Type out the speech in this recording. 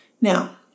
Now